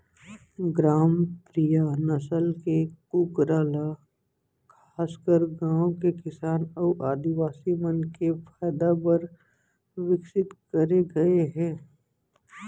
ग्रामप्रिया नसल के कूकरा ल खासकर गांव के किसान अउ आदिवासी मन के फायदा बर विकसित करे गए हे